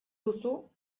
duzu